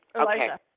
Elijah